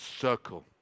circle